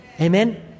Amen